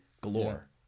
galore